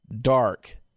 dark